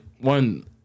one